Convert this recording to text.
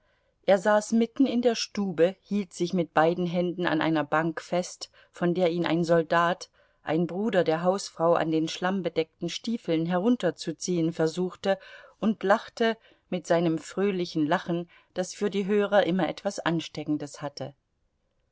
er saß mitten in der stube hielt sich mit beiden händen an einer bank fest von der ihn ein soldat ein bruder der hausfrau an den schlammbedeckten stiefeln herunterzuziehen versuchte und lachte mit seinem fröhlichen lachen das für die hörer immer etwas ansteckendes hatte